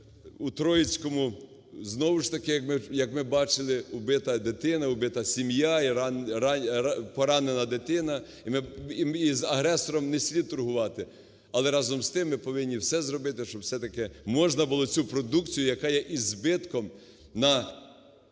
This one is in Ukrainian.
У Троїцькому знову ж таки, як ми бачили, убита дитина, убита сім'я і поранена дитина. З агресором не слід торгувати. Але, разом з тим, ми повинні все зробити, щоб все-таки можна було цю продукцію, яка єізбитком на…